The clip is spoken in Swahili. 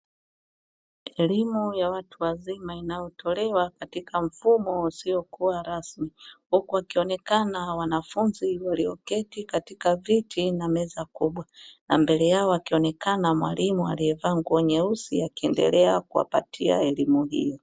Elimu ya watu wazima inayo tolewa katika mfumo usio kuwa rasmi, huku wakionekana wanafunzi walio keti katika viti na meza kubwa na mbele yao akionekana mwalimu alievaa nguo nyeusi akiendelea kuwapatia elimu hiyo.